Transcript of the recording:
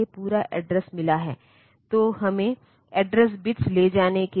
तो यह एड्रेस बस आप ए 8 से ए 15 तक देख सकते हैं यह प्रोसेसर से बाहर जा रहा है